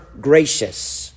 gracious